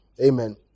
Amen